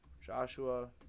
joshua